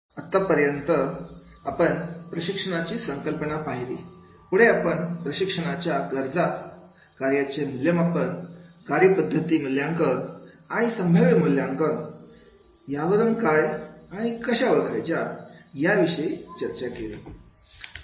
आत्तापर्यंत आपण प्रशिक्षणाची संकल्पना पाहिली पुढे आपण प्रशिक्षणाच्या गरजा कार्याचे मूल्यमापन कार्यपद्धती मूल्यांकन आणि संभाव्य मूल्यांकन यावरून काय आणि कशा ओळखायच्या याविषयी चर्चा केली